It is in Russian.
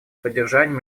поддержания